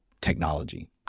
technology